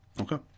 Okay